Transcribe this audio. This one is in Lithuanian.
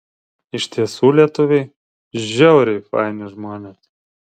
iš tiesų lietuviai žiauriai faini žmonės